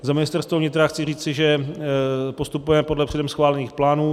Za Ministerstvo vnitra chci říci, že postupujeme podle předem schválených plánů.